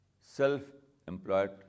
self-employed